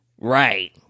right